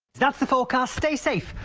that's the forecast, stay safe,